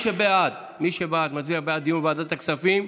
אבל, מי שבעד, מצביע בעד דיון בוועדת הכספים.